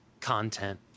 content